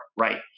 right